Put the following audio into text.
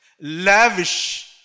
lavish